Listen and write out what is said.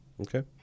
Okay